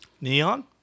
Neon